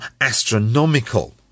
astronomical